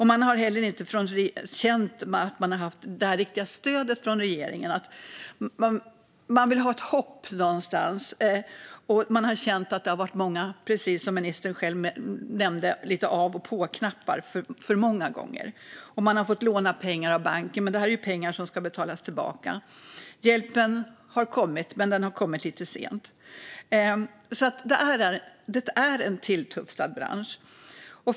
Man känner inte heller att man har haft ett riktigt stöd från regeringen. Någonstans vill man ha ett hopp, men det har tryckts på av och på-knappar lite för många gånger, vilket även ministern nämnde. Man har visserligen fått låna pengar av banken, men det är pengar som ska betalas tillbaka. Hjälpen har kommit, men den har kommit lite sent. Branschen är som sagt tilltufsad.